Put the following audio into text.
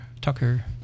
Tucker